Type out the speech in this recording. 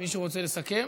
יש מישהו שרוצה לסכם?